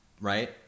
right